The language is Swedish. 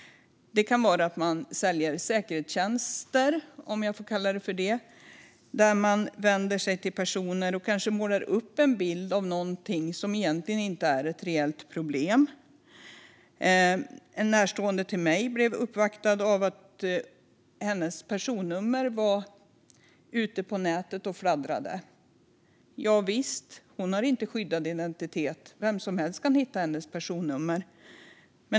Det kan vara att man säljer säkerhetstjänster, om jag får kalla det för det, där man vänder sig till personer och kanske målar upp en bild av någonting som egentligen inte är ett reellt problem. En närstående till mig blev uppvaktad med att hennes personnummer var ute på nätet och fladdrade. Javisst - hon har inte skyddad identitet, så vem som helst kan hitta hennes personnummer.